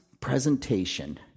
presentation